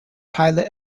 pilot